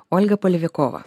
olga palivikova